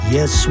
Yes